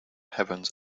happens